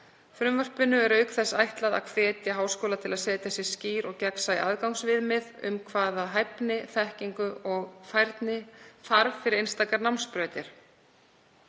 Frumvarpinu er auk þess ætlað að hvetja háskóla til að setja sér skýr og gegnsæ aðgangsviðmið um hvaða hæfni, þekkingu og færni þarf fyrir einstakar námsbrautir.